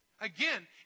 Again